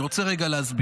אני רוצה להסביר: